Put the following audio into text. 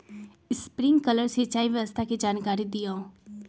Sprinkler सिंचाई व्यवस्था के जाकारी दिऔ?